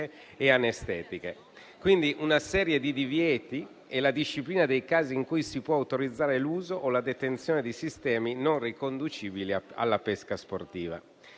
e anestetiche, quindi una serie di divieti e la disciplina dei casi in cui si può autorizzare l'uso o la detenzione di sistemi non riconducibili alla pesca sportiva.